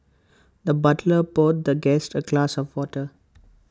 the butler poured the guest A glass of water